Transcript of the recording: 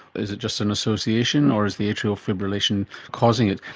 is it just an association or is the atrial fibrillation causing it?